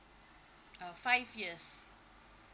uh five years